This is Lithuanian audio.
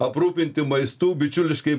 aprūpinti maistu bičiuliškai